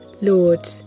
lord